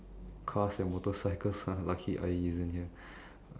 cars and motorcycles lucky Ayi here